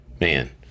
Man